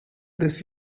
this